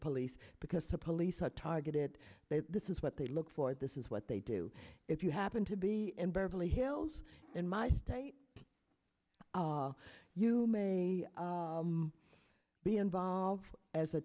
police because the police are targeted this is what they look for this is what they do if you happen to be in burble hills in my state you may be involved as a